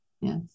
Yes